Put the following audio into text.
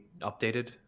updated